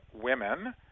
women